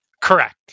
Correct